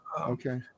Okay